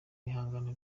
bihangano